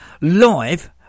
live